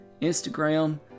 Instagram